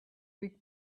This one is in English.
big